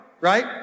right